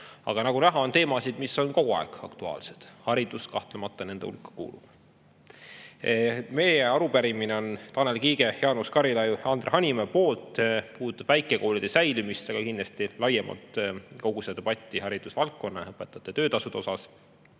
Aga nagu näha, on teemasid, mis on kogu aeg aktuaalsed. Haridus kahtlemata nende hulka kuulub. Meie arupärimise on esitanud Tanel Kiik, Jaanus Karilaid, Andre Hanimägi, see puudutab väikekoolide säilimist, aga kindlasti laiemalt kogu debatti haridusvaldkonna ja õpetajate töötasude üle.